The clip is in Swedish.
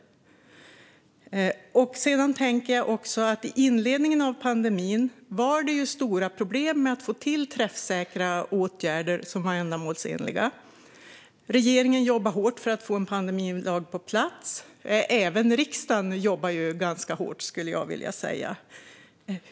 I inledningen av pandemin var det stora problem med att få till träffsäkra och ändamålsenliga åtgärder. Regeringen jobbade hårt för att få en pandemilag på plats. Även riksdagen jobbade ganska hårt, skulle jag vilja säga.